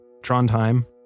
Trondheim